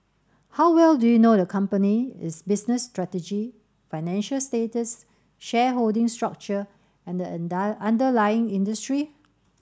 how well do you know the company its business strategy financial status shareholding structure and underlying industry